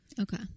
Okay